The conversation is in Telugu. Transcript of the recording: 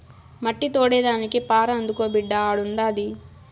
మట్టి తోడేదానికి పార అందుకో బిడ్డా ఆడుండాది